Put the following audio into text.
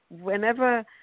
whenever